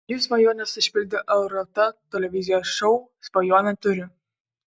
jų svajones išpildė lrt televizijos šou svajonę turiu